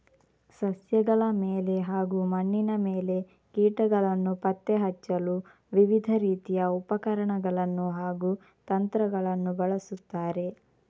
ಸಸ್ಯಗಳ ಮೇಲೆ ಹಾಗೂ ಮಣ್ಣಿನ ಮೇಲೆ ಕೀಟಗಳನ್ನು ಪತ್ತೆ ಹಚ್ಚಲು ವಿವಿಧ ರೀತಿಯ ಉಪಕರಣಗಳನ್ನು ಹಾಗೂ ತಂತ್ರಗಳನ್ನು ಬಳಸುತ್ತಾರೆ